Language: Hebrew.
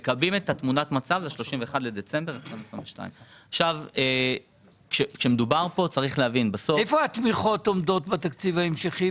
מקבעים את תמונת המצב ל-31 בדצמבר 2022. איפה התמיכות עומדות בתקציב ההמשכי?